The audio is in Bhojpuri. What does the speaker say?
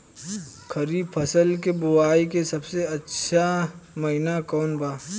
खरीफ फसल के बोआई के सबसे अच्छा महिना कौन बा?